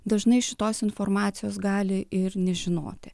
dažnai šitos informacijos gali ir nežinoti